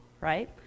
right